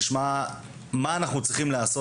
נשמע מה אנחנו צריכים לעשות.